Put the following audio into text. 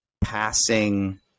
passing